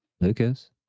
Lucas